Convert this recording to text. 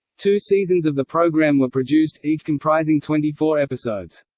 two seasons of the programme were produced, each comprising twenty four episodes.